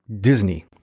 Disney